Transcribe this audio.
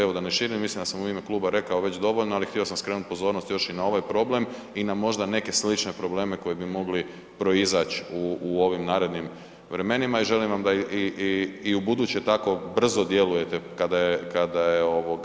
Evo, da ne širim, mislim da sam u ime kluba rekao već dovoljno, ali htio sam skrenuti pozornost još i na ovaj problem i na možda neke slične probleme koji bi mogli proizaći u ovim narednim vremenima i želim vam da i ubuduće tako brzo djelujete kada je sport u pitanju.